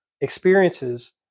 experiences